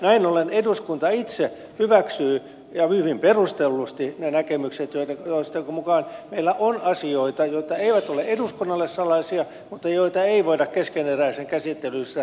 näin ollen eduskunta itse hyväksyy ja hyvin perustellusti ne näkemykset joiden mukaan meillä on asioita jotka eivät ole eduskunnalle salaisia mutta joita ei voida keskeneräisessä käsittelyssä käsitellä julkisesti